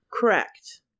Correct